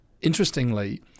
interestingly